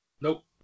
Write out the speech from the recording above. nope